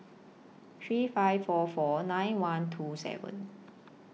three five four four nine one two seven